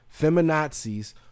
feminazis